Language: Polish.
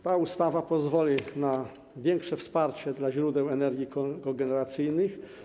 Ta ustawa pozwoli na większe wsparcie źródeł energii kogeneracyjnych.